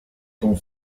ton